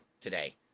today